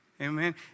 Amen